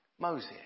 Moses